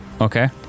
okay